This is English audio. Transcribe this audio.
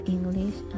English